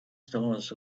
stars